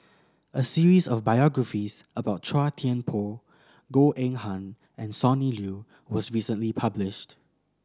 a series of biographies about Chua Thian Poh Goh Eng Han and Sonny Liew was recently published